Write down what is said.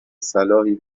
صلاحی